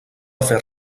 fer